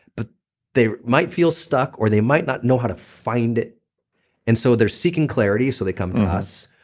but they might feel stuck or they might not know how to find it and so they're seeking clarity, so they come to us.